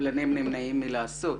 שקבלנים נמנעים מלעשות.